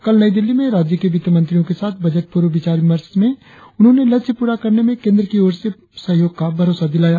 कल नई दिल्ली में राज्य के वित्तमंत्रियों के साथ बजट पूर्व विचार विमर्श मे उन्होंने लक्ष्य प्ररा करने में केंद्र की ओर से पूरे सहयोग का भरोसा दिलाया